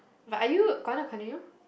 but are you gonna continue